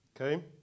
Okay